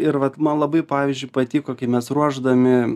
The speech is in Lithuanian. ir vat man labai pavyzdžiui patiko kai mes ruošdami